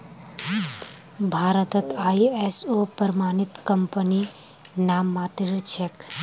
भारतत आई.एस.ओ प्रमाणित कंपनी नाममात्रेर छेक